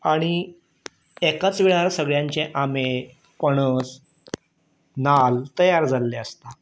आनी एकाच वेळार सगळ्यांचे आमे पणस नाल तयार जाल्ले आसता